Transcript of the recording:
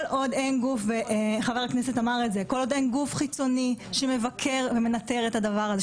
כל עוד אין גוף חיצוני שמבקר ומנטר את הדבר הזה,